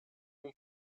mon